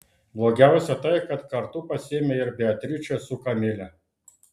blogiausia tai kad kartu pasiėmė ir beatričę su kamile